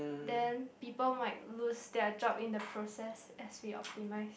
then people might lose their job in the process as we optimise